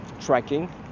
tracking